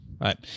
Right